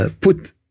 put